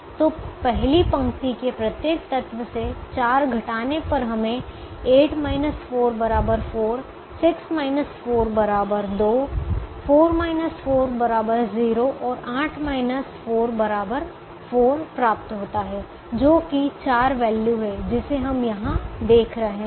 तो पहली पंक्ति के प्रत्येक तत्व से 4 घटाने पर हमें 8 - 4 4 6 4 2 4 - 4 0 और 8 - 4 4 प्राप्त होता है जो कि चार वैल्यू हैं जिसे हम यहां देख रहे हैं